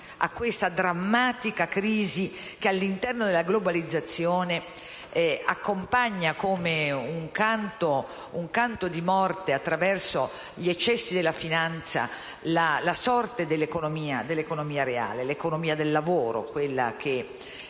a questa drammatica crisi che, all'interno della globalizzazione, accompagna come un canto di morte, attraverso gli eccessi della finanza, la sorte dell'economia reale. Mi riferisco all'economia del lavoro, a quella che